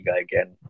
again